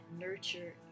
nurture